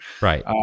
Right